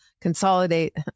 consolidate